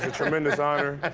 and tremendous honor.